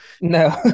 No